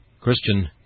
Christian